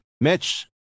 Mitch